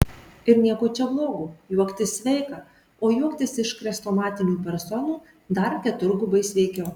ir nieko čia blogo juoktis sveika o juoktis iš chrestomatinių personų dar keturgubai sveikiau